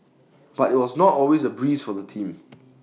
but IT was not always A breeze for the team